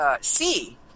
see